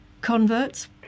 converts